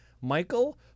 Michael